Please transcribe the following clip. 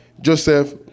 Joseph